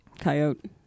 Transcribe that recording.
coyote